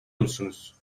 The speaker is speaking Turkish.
musunuz